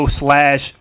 slash